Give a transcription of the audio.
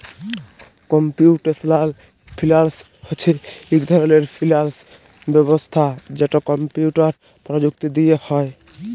computational finance হছে ইক ধরলের ফিল্যাল্স ব্যবস্থা যেট কম্পিউটার পরযুক্তি দিঁয়ে হ্যয়